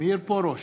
מאיר פרוש,